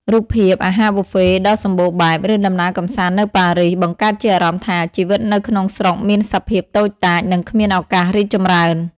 រូបភាពអាហារប៊ូហ្វេដ៏សំបូរបែប ឬដំណើរកម្សាន្តនៅប៉ារីស បង្កើតជាអារម្មណ៍ថា ជីវិតនៅក្នុងស្រុកមានសភាពតូចតាច និងគ្មានឱកាសរីកចម្រើន។